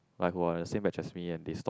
like who are the same batch as me and they stop